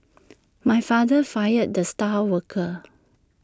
my father fired the star worker